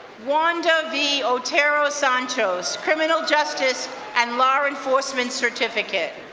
wanda v. otero sanchos, criminal justice and law enforcement certificate.